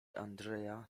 andrzeja